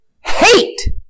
hate